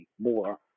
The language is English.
more